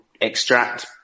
extract